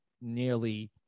nearly